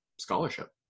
scholarship